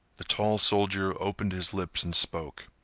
the tall soldier opened his lips and spoke.